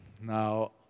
Now